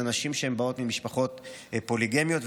אלה נשים שבאות ממשפחות פוליגמיות,